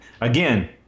Again